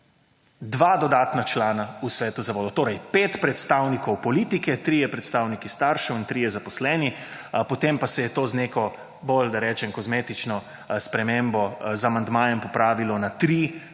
2 dodatna člana v svetu zavodov, torej 5 predstavnikov politike, trije predstavniki staršev in trije zaposleni, potem pa se je to z neko bolj, da rečem kozmetično spremembo z amandmajem popravilo na 3 predstavnike